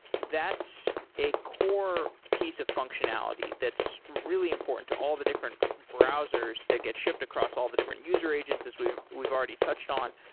that's a core piece of functionality that's really important to all the different browsers that get shipped across all the different user agents as we've we've already touched on.